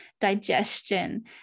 digestion